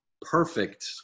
perfect